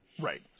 Right